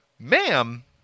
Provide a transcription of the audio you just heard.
Ma'am